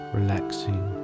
relaxing